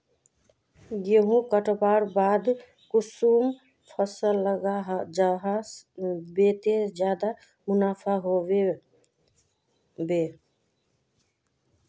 गेंहू कटवार बाद कुंसम फसल लगा जाहा बे ते ज्यादा मुनाफा होबे बे?